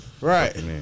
right